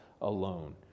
alone